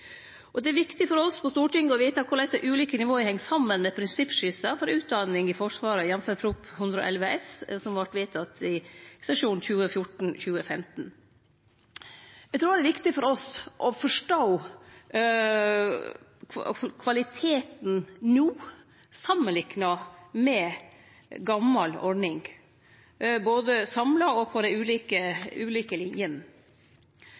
Det er òg viktig for oss på Stortinget å vite korleis dei ulike nivåa heng saman med prinsippskissa for utdanning i Forsvaret, jf. Prop. 111 LS, som vart vedteken i sesjonen 2014–2015. Eg trur det er viktig for oss å forstå kvaliteten no samanlikna med gamal ordning, både samla og på dei